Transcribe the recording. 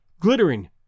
glittering